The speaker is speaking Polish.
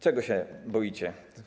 Czego się boicie?